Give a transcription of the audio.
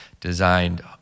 designed